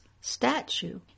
statue